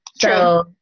True